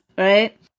Right